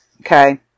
okay